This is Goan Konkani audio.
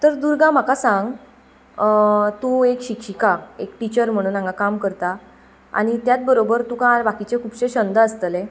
तर दुर्गा म्हाका सांग तूं एक शिक्षिका एक टिचर म्हणून हांगा काम करता आनी त्याच बरोबर तुका बाकीचे खुबशे छंद आसतले